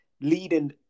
leading